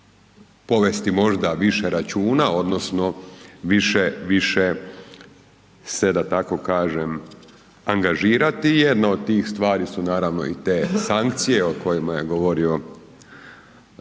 povesti možda više računa odnosno više se da tako kažem angažirati, jedna od tih stvari su naravno i te sankcije o kojima je govorio